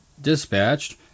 dispatched